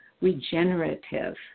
regenerative